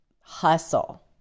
hustle